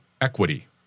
equity